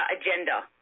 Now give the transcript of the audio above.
agenda